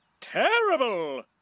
Terrible